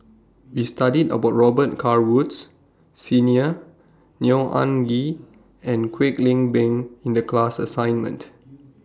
We studied about Robet Carr Woods Senior Neo Anngee and Kwek Leng Beng in The class assignment